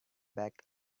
back